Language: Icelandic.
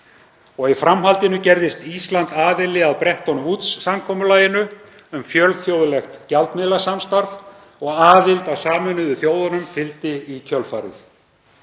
Í framhaldinu gerðist Ísland aðili að Bretton Woods-samkomulaginu um fjölþjóðlegt gjaldmiðlasamstarf og aðild að Sameinuðu þjóðunum fylgdi í kjölfarið.